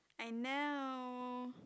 I know